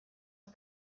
are